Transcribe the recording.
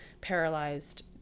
paralyzed